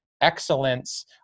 excellence